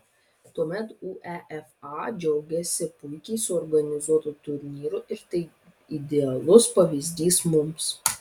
tuomet uefa džiaugėsi puikiai suorganizuotu turnyru ir tai idealus pavyzdys mums